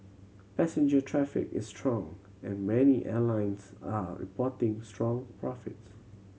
passenger traffic is strong and many airlines are reporting strong profits